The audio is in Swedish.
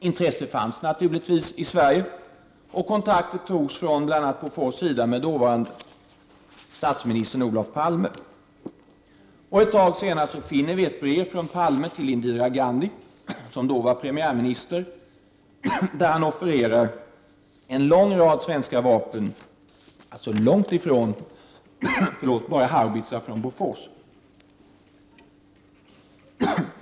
Intresse fanns naturligtvis i Sverige, och kontakter togs från bl.a. Bofors sida med dåvarande statsministern Olof Palme. Något år senare finner vi ett brev från Olof Palme till Indira Gandhi, som då var premiärminister, där han offererar en lång rad svenska vapen, alltså långt ifrån bara haubitsar från Bofors.